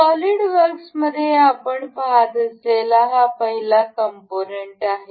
सॉलीडवर्क्समध्ये आपण पहात असलेला हा पहिला कंपोनंट आहे